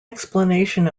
explanation